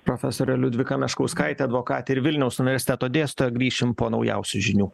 profesorė liudvika meškauskaitė advokatė ir vilniaus universiteto dėstytoja grįšim po naujausių žinių